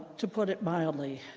to put it mildly.